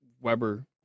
weber